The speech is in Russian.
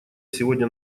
сегодня